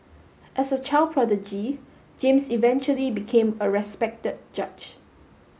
as a child prodigy James eventually became a respected judge